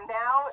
now